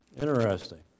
Interesting